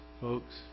folks